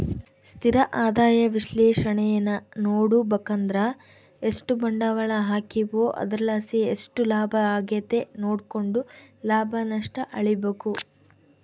ಸ್ಥಿರ ಆದಾಯ ವಿಶ್ಲೇಷಣೇನಾ ನೋಡುಬಕಂದ್ರ ಎಷ್ಟು ಬಂಡ್ವಾಳ ಹಾಕೀವೋ ಅದರ್ಲಾಸಿ ಎಷ್ಟು ಲಾಭ ಆಗೆತೆ ನೋಡ್ಕೆಂಡು ಲಾಭ ನಷ್ಟ ಅಳಿಬಕು